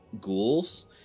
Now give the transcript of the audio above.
ghouls